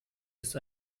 ist